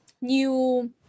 new